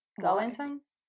Valentine's